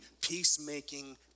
peacemaking